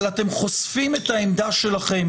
אבל אתם חושפים את העמדה שלכם,